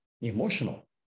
emotional